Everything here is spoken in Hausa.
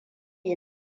yi